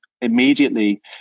immediately